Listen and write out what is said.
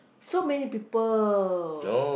so many people